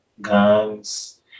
guns